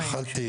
אכלתי,